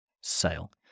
sale